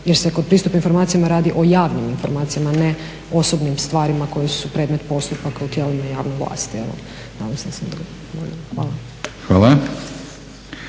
jer se kod pristupu informacijama radi o javnim informacijama a ne osobnim stvarima koje su predmet postupaka u tijelima javne vlasti. Evo,